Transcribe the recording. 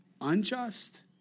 unjust